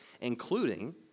including